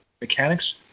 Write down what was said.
mechanics